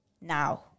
Now